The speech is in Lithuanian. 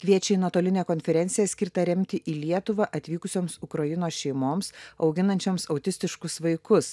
kviečia į nuotolinę konferenciją skirtą remti į lietuvą atvykusioms ukrainos šeimoms auginančioms autistiškus vaikus